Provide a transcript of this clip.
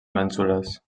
mènsules